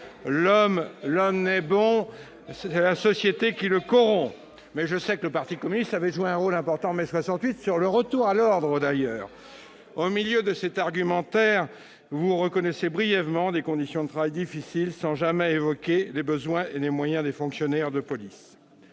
l'homme naît bon, c'est la société qui le corrompt. » Au reste, je sais que le parti communiste a joué un rôle important, en mai 68, dans le retour à l'ordre ... Au milieu de cet argumentaire, vous reconnaissez brièvement des conditions de travail difficiles, sans jamais évoquer les besoins et les moyens des fonctionnaires de police.